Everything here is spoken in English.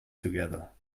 together